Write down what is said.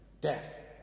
Death